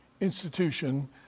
institution